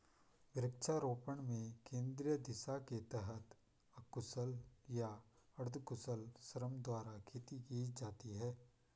वृक्षारोपण में केंद्रीय दिशा के तहत अकुशल या अर्धकुशल श्रम द्वारा खेती की जाती है